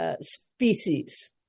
species